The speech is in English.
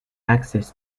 access